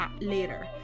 later